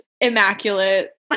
immaculate